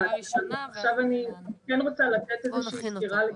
עכשיו אני כן רוצה לתת איזושהי סקירה.